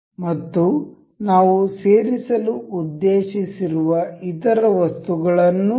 ಮತ್ತು ನಾವು ಸೇರಿಸಲು ಉದ್ದೇಶಿಸಿರುವ ಇತರ ವಸ್ತುಗಳನ್ನೂ ಸೇರಿಸಿ